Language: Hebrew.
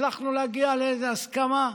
הצלחנו להגיע לאיזו הסכמה,